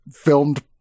filmed